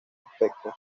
aspectos